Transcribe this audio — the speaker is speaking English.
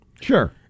Sure